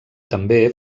també